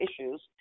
issues